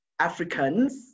Africans